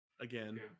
again